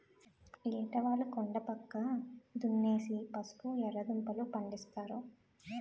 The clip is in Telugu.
ఏటవాలు కొండా పక్క దున్నేసి పసుపు, ఎర్రదుంపలూ, పండిస్తారు